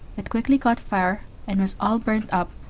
it quickly caught fire and was all burnt up,